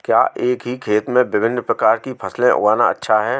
क्या एक ही खेत में विभिन्न प्रकार की फसलें उगाना अच्छा है?